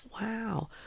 Wow